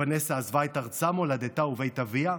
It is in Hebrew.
ונסה עזבה את ארצה, מולדתה ובית אביה,